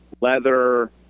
leather